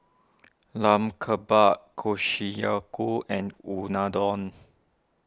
Lamb Kebabs and Unadon